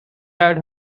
had